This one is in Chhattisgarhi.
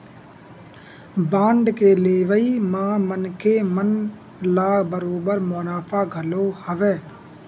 बांड के लेवई म मनखे मन ल बरोबर मुनाफा घलो हवय